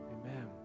amen